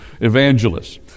evangelists